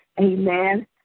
Amen